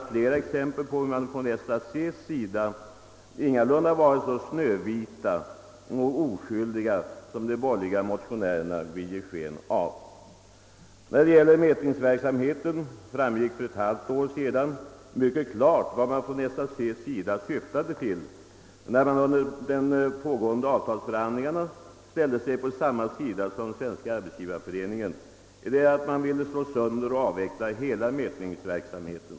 Och flera exempel kunde anföras som visar att SAC inte är så snövit och oskyldig som de borgerliga motionärerna vill ge sken av. När det gäller mätningsverksamheten framgick för ett halvår sedan mycket klart vart SAC syftade, då organisationen under pågående avtalsförhandlingar ställde sig på samma sida som Svenska arbetsgivareföreningen och ville slå sönder och avveckla hela mätningsverksamheten.